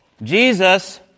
Jesus